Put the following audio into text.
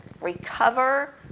recover